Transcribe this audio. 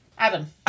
Adam